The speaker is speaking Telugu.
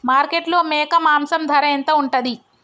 మార్కెట్లో మేక మాంసం ధర ఎంత ఉంటది?